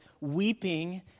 weeping